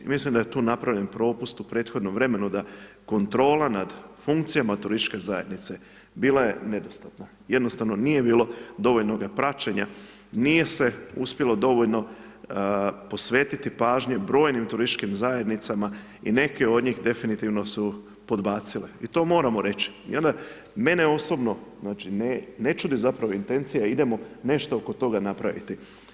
I mislim da je tu napravljen propust u prethodnom vremenu da kontrola nad funkcijama turističke zajednice bila je nedostatna, jednostavno nije bilo dovoljnoga praćenja, nije se uspjelo dovoljno posvetiti pažnje brojnim turističkim zajednicama i neke od njih definitivno su podbacile i to moramo reći i onda mene osobno, znači, ne čudi zapravo intencija idemo nešto oko toga napraviti.